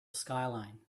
skyline